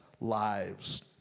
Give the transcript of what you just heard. lives